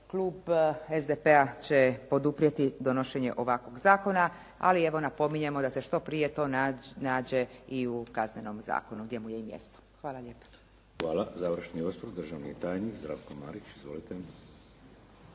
Klub SDP-a će poduprijeti donošenje ovakvog zakona ali evo napominjemo da se što prije to nađe i u Kaznenom zakonu gdje mu je i mjesto. Hvala lijepa. **Šeks, Vladimir (HDZ)** Hvala. Završni osvrt državni tajnik Zdravko Marić. Izvolite.